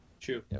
True